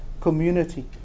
community